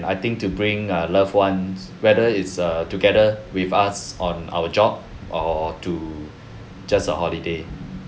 I think to bring our loved ones whether it's err together with us on our job or to just a holiday